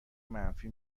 منفی